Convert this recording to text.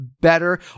better